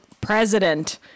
president